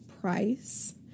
Price